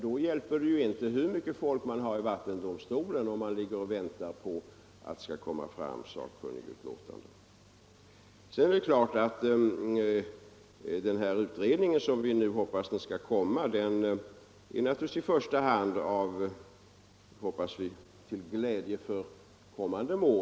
Det hjälper inte hur mycket folk som finns i vattendomstolen, om man där måste vänta på att det skall komma fram sakkunnigutlåtanden. Sedan är det klart att vi hoppas att den här utredningen — som vi nu tror snart skall komma med sitt betänkande — skall bli till glädje för kommande mål.